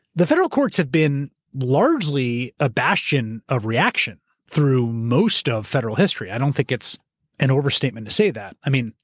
the federal courts have been largely a bastion of reaction through most of federal history. i don't think it's an overstatement to say that. i mean,